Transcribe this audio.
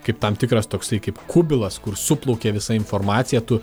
kaip tam tikras toksai kaip kubilas kur suplaukė visa informacija tu